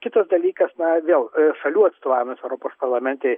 kitas dalykas na vėl šalių atstovavimas europos parlamente